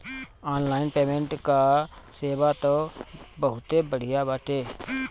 online payment कअ सेवा तअ बहुते बढ़िया बाटे